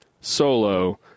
solo